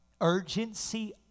urgency